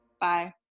Bye